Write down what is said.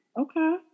Okay